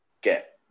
get